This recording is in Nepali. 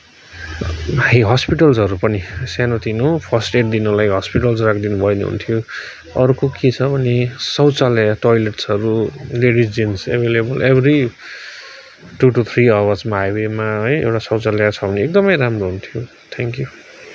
भाइ हस्पिटल्सहरू पनि सानो तिनो फर्स्ट एड दिनलाई हस्पिटल राख्दिनु भयो ने हुन्थ्यो अर्को के छ भने शौचालयहरू टोयलेटसहरू ladies gents available every two two three आवर्समा हाइवेमा है एउटा शौचालया छ भने एकदमै राम्रो हुन्थ्यो थ्याङ्कयु